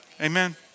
Amen